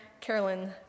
Carolyn